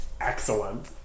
Excellent